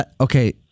Okay